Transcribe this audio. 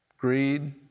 Greed